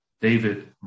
David